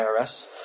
IRS